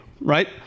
Right